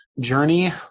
journey